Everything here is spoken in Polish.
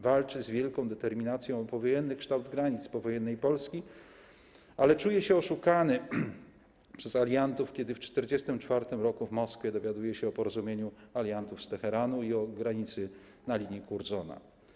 Walczy z wielką determinacją o powojenny kształt granic powojennej Polski, ale czuje się oszukany przez aliantów, kiedy w 1944 r. w Moskwie dowiaduje się o porozumieniu aliantów z Teheranu i o granicy na linii Curzona.